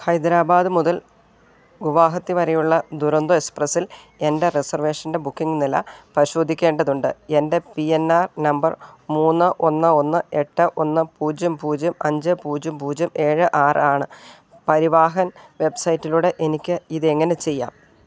ഹൈദരാബാദ് മുതൽ ഗുവാഹത്തി വരെയുള്ള ദുരന്തോ എക്സ്പ്രസ്സിൽ എൻ്റെ റിസർവേഷൻ്റെ ബുക്കിംഗ് നില പരിശോധിക്കേണ്ടതുണ്ട് എൻ്റെ പി എൻ ആർ നമ്പർ മൂന്ന് ഒന്ന് ഒന്ന് എട്ട് ഒന്ന് പൂജ്യം പൂജ്യം അഞ്ച് പൂജ്യം പൂജ്യം ഏഴ് ആറ് ആണ് പരിവാഹൻ വെബ് സൈറ്റിലൂടെ എനിക്ക് ഇത് എങ്ങനെ ചെയ്യാം